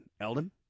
Eldon